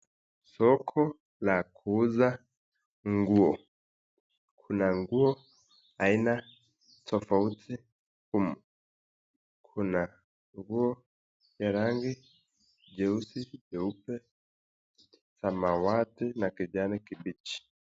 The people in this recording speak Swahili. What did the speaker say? Soko la kuuza nguo, kuna nguo aina tofauti humu. Kuna nguo ya rangi jeupe samawati na kijani kibichi.